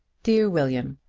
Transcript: dear william,